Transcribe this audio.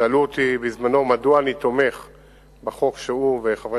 שאלו אותי בזמנו מדוע אני תומך בחוק שהוא וחברי